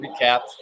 Recap